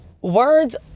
Words